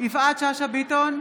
יפעת שאשא ביטון,